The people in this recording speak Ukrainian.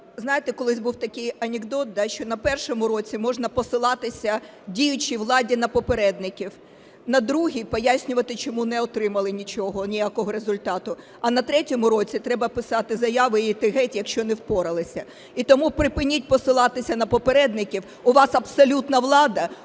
знаєте, колись був такий анекдот, що на першому році можна посилатися діючій владі на попередників, на другому – пояснювати, чому не отримали нічого, ніякого результату, а на третьому році – треба писати заяви і йти геть, якщо не впоралися. І тому припиніть посилатися на попередників, у вас абсолютна влада,